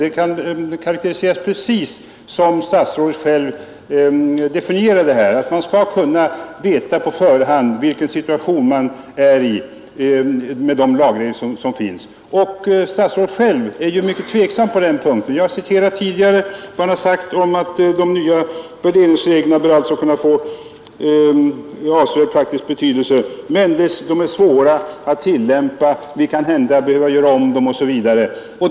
Det kan karakteriseras precis som statsrådet själv definierar det här, att man skall kunna veta på förhand vilken situation man är i med de regler som finns. Och statsrådet själv är ju mycket tveksam på den punkten. Jag har tidigare citerat vad han sagt om att de nya värderingsreglerna bör kunna få avsevärd praktisk betydelse men att de är svåra att tillämpa och att vi kanske behöver göra om dem osv.